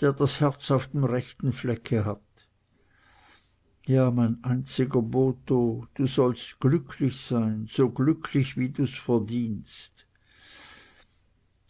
der das herz auf dem rechten flecke hat ja mein einziger botho du sollst glücklich sein so glücklich wie du's verdienst